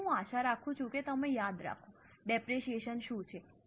તેથી હું આશા રાખું છું કે તમે યાદ રાખો ડેપરેશીયેશન શું છે